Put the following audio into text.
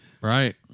Right